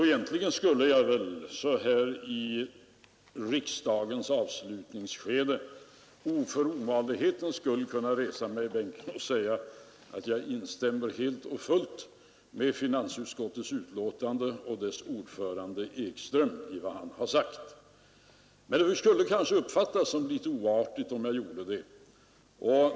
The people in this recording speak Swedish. Egentligen skulle jag därför så här under höstriksdagens avslutningsskede för ovanlighetens skull kunna resa mig i bänken och bara säga att jag helt och fullt instämmer med utskottsmajoriteten och dess ordförande herr Ekström i vad han har sagt, men det skulle kanske uppfattas som litet oartigt att endast göra det.